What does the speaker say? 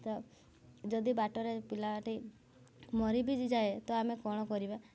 ତ ଯଦି ବାଟରେ ପିଲାଟି ମରି ବି ଯି ଯାଏ ତ ଆମେ କ'ଣ କରିବା